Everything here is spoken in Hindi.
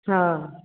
हाँ